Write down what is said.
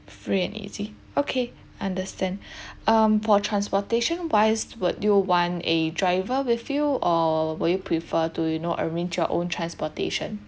free and easy okay understand um for transportation wise would you want a driver with you or will you prefer to you know arrange your own transportation